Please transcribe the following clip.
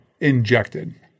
injected